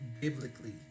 biblically